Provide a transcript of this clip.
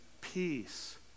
peace